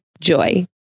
Joy